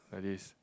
like this